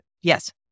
Yes